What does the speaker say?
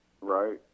right